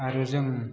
आरो जों